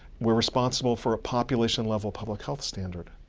we're responsible for a population level public health standard.